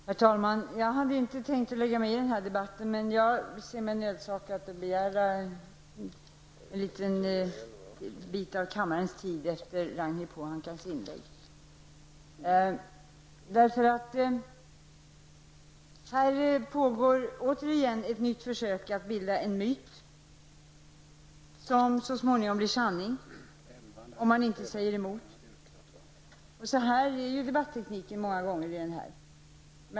Herr talman! Jag hade inte tänkt att lägga mig i den här debatten, men jag ser mig nödsakad att ta kammarens tid i anspråk efter Ragnhild Pohankas inlägg. Här pågår återigen ett nytt försök att bilda en myt som så småningom blir sanning om man inte säger emot. Sådan är debattekniken många gånger.